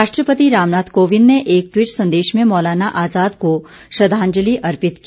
राष्ट्रपति रामनाथ कोंविद ने एक टवीट संदेश में मौलाना आजाद को श्रंद्वाजलि अर्पित की